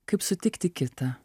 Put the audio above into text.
kaip sutikti kitą